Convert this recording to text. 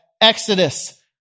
Exodus